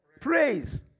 Praise